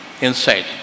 inside